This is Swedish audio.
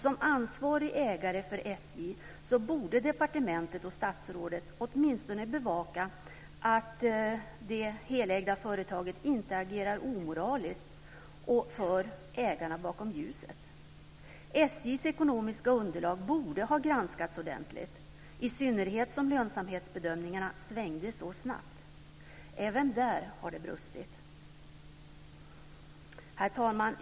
Som ansvarig ägare för SJ borde departementet och statsrådet åtminstone bevaka att det helägda företaget inte agerar omoraliskt och för ägarna bakom ljuset. SJ:s ekonomiska underlag borde ha granskats ordentligt, i synnerhet som lönsamhetsbedömningarna svängde så snabbt. Även där har det brustit. Herr talman!